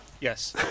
Yes